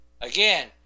Again